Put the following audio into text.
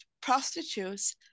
prostitutes